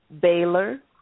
Baylor